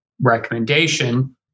recommendation